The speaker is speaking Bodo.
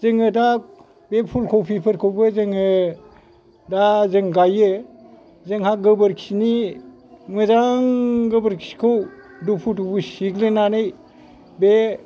जोङो दा बे फुलखफि फोरखौबो जोङो दा जों गाइयो जोंहा गोबोरखिनि मोजां गोबोरखिखौ दुफु दुफु सिग्लिनानै बे